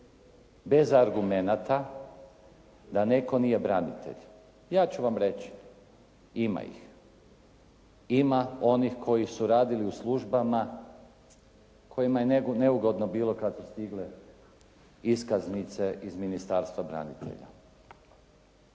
bez argumenata da netko nije branitelj. Ja ću vam reći ima ih. Ima onih koji su radili u službama kojima je neugodno bilo kad su stigle iskaznice iz Ministarstva branitelja,